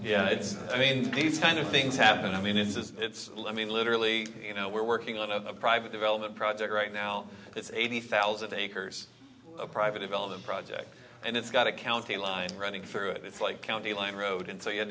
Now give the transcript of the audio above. yeah i mean these kind of things happen i mean this is it's i mean literally you know we're working on a private development project right now it's eighty thousand acres a private development project and it's got a county line running through it it's like county line road and so you had